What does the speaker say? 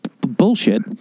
bullshit